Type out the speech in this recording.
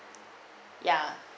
ya